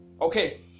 Okay